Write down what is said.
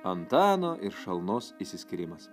antano ir šalnos išsiskyrimas